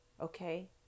Okay